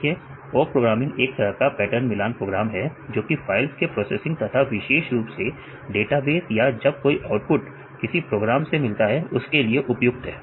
देखिए awk programming एक तरह का पैटर्न मिलान प्रोग्राम है जो कि फाइल्स के प्रोसेसिंग तथा विशेष रूप से डेटाबेस या जब कोई आउटपुट किसी प्रोग्राम से मिलता है उसके लिए उपयुक्त है